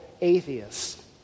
atheists